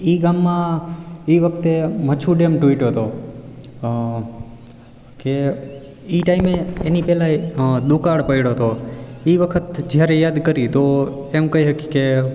ઈ ગામમાં ઈ વખતે મચ્છુ ડેમ તૂટ્યો તો કે ઈ ટાઈમે એની પહેલાય દુકાળ પડ્યો તો ઈ વખત જ્યારે યાદ કરીએ તો એમ કહી શકીએ કે